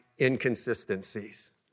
inconsistencies